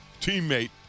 teammate